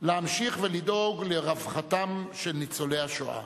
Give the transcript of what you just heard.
להמשיך ולדאוג לרווחתם של ניצולי השואה.